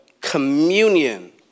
communion